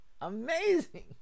Amazing